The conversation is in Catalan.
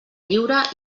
lliure